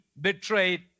betrayed